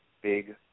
Big